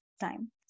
time